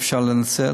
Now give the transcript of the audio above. אי-אפשר לנצל,